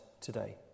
today